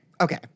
okay